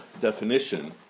definition